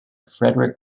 frederick